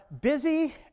busy